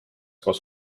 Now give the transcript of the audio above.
koos